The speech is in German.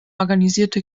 organisierte